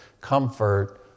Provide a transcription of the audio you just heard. Comfort